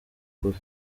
kure